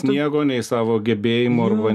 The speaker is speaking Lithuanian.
sniego nei savo gebėjimų arba